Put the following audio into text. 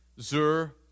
Zur